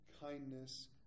kindness